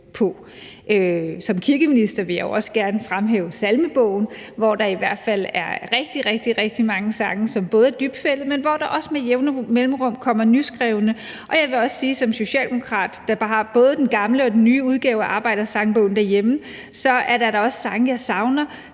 Som kirkeminister vil jeg jo også gerne fremhæve Salmebogen, hvor der i hvert fald er rigtig, rigtig mange sange, som både er dybt forældede, men hvor der også med jævne mellemrum kommer nyskrevne sange, og jeg vil som socialdemokrat, der både har den gamle og den nye udgave af »Arbejdersangbogen« derhjemme, også sige, at der da også er sange, jeg savner,